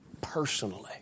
personally